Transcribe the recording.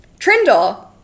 Trindle